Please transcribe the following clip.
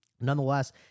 nonetheless